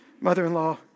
Mother-in-law